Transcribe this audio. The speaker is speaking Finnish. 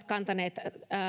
kantaneet